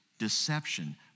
deception